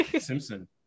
Simpson